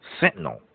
Sentinel